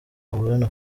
aburana